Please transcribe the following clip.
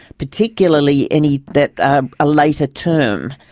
particularly any that are later term.